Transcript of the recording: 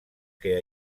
que